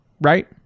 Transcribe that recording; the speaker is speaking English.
right